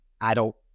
adult